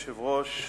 אדוני היושב-ראש,